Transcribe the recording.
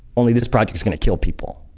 only this project is going to kill people.